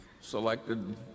selected